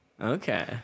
okay